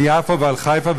על יפו ועל חיפה,